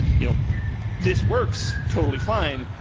you know this works totally fine.